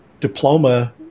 diploma